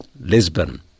Lisbon